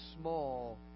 small